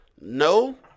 No